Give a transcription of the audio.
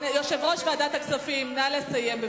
יושב-ראש ועדת הכספים, נא לסיים.